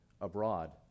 abroad